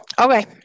Okay